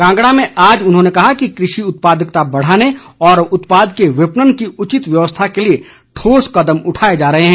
कांगड़ा में आज उन्होंने कहा कि कृषि उत्पादकता बढ़ाने और उत्पाद के विपणन की उचित व्यवस्था के लिए ठोस कदम उठाए जा रहे हैं